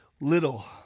Little